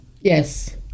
yes